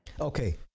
Okay